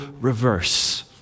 reverse